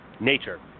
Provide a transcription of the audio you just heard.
nature